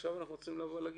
ועכשיו אנחנו צריכים להגיד,